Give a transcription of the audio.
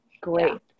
Great